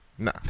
Nah